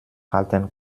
halten